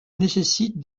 nécessite